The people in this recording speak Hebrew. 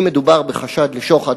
אם מדובר בחשד לשוחד,